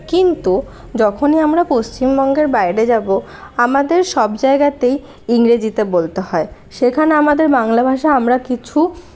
কিন্তু যখনই আমরা পশ্চিমবঙ্গের বাইরে যাব আমাদের সব জায়গাতেই ইংরেজিতে বলতে হয় সেখানে আমাদের বাংলা ভাষা আমরা কিছু